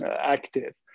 active